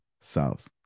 South